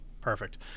Perfect